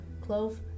Clove